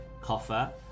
coffer